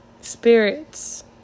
spirits